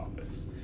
office